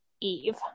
Eve